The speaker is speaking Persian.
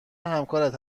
همکارت